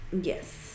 Yes